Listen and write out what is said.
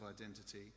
identity